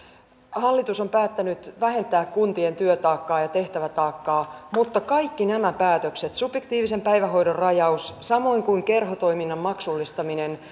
hallitus on päättänyt vähentää kuntien työtaakkaa ja tehtävätaakkaa mutta kaikki nämä päätökset subjektiivisen päivähoidon rajaus samoin kuin kerhotoiminnan maksullistaminen